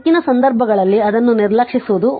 ಹೆಚ್ಚಿನ ಸಂದರ್ಭಗಳಲ್ಲಿ ಅದನ್ನು ನಿರ್ಲಕ್ಷಿಸಬಹುದು